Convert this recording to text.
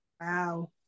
Wow